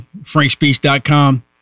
FrankSpeech.com